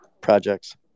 projects